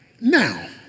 now